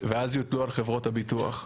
ואז יוטלו על חברות הביטוח.